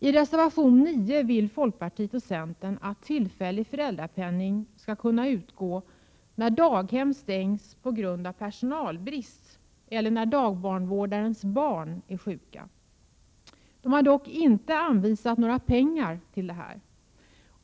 I reservation 9 vill folkpartiet och centern att tillfällig föräldrapenning skall kunna utgå när daghem stängs på grund av personalbrist eller när dagbarnvårdares barn är sjuka. Man har dock inte anvisat några pengar till detta.